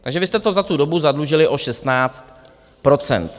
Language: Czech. Takže vy jste to za tu dobu zadlužili o 16 %.